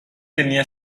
tenía